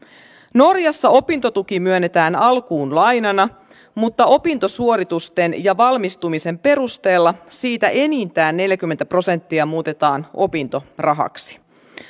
norjassa opintotuki myönnetään alkuun lainana mutta opintosuoritusten ja valmistumisen perusteella siitä enintään neljäkymmentä prosenttia muutetaan opintorahaksi